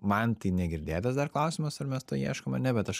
man tai negirdėtas dar klausimas ar mes to ieškom ar ne bet aš